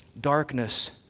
darkness